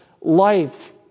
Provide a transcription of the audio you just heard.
life